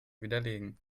widerlegen